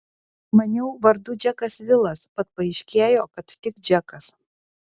maniau vardu džekas vilas bet paaiškėjo kad tik džekas